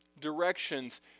directions